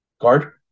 Guard